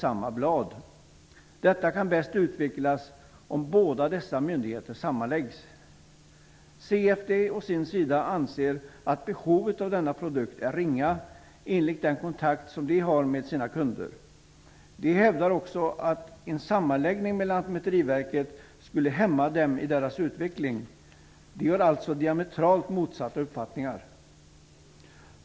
Denna produkt kan bäst utvecklas om dessa myndigheter sammanläggs. CFD å sin sida anser att behovet av denna produkt är ringa, enligt den kontakt som man har med sina kunder. Man hävdar också att en sammanläggning med Lantmäteriverket skulle hämma CFD:s utveckling. Lantmäteriverket och CFD har alltså diametralt motsatta uppfattningar.